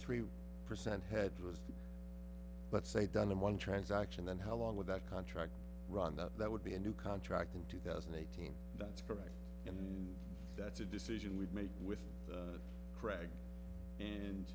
three percent headrest but say done in one transaction then how long would that contract run that that would be a new contract in two thousand and eighteen that's correct and that's a decision we've made with krag and